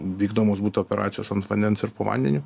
vykdomos būt operacijos ant vandens ir po vandeniu